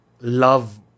love